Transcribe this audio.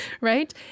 Right